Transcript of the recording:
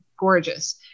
gorgeous